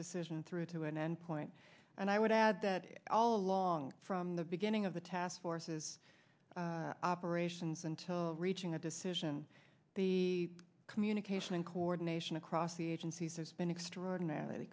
decision through to an endpoint and i would add that all along from the beginning of the task forces operations until reaching a decision the communication and coordination across the agency says been extraordinarily